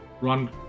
run